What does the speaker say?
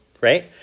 right